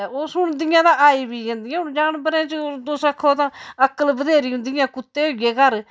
तां ओह सुनदियां तां आई बी जंदियां हून जानवरें च तुस आक्खो तां अकल बत्थेरी होंदी जियां कुत्ते होई गे घर